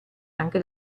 anche